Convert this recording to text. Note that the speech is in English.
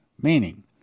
Meaning